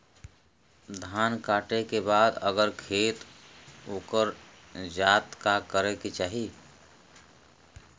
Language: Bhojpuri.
धान कांटेके बाद अगर खेत उकर जात का करे के चाही?